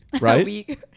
right